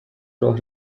راه